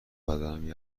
بدنم